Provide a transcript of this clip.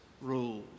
rules